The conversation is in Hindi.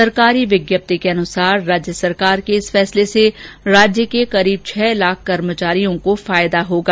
सरकार विज्ञप्ति के अनुसार राज्य सरकार के इस फैसले से राज्य के करीब छह लाख कर्मचारियों को फायदा होगा